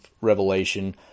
Revelation